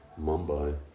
Mumbai